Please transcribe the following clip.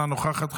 אינה נוכחת,